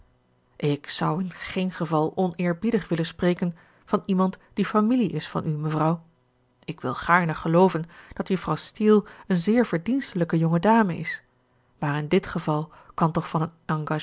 ik zou in geen geval oneerbiedig willen spreken van iemand die familie is van u mevrouw ik wil gaarne gelooven dat juffrouw steele een zeer verdienstelijke jonge dame is maar in dit geval kan toch van een